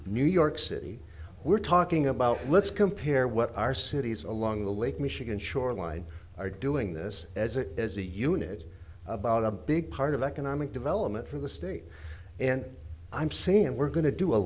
new york city we're talking about let's compare what our cities along the lake michigan shoreline are doing this as a as a unit about a big part of economic development for the state and i'm saying we're going to do a